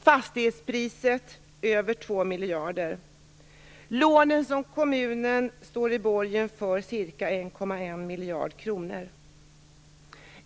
Fastighetspriset är över 2 miljarder. Lånen som kommunen står i borgen för är på ca 1,1 miljard kronor.